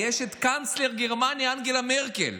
יש את קנצלרית גרמניה אנגלה מרקל.